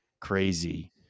crazy